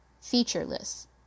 featureless